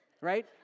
right